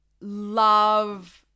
love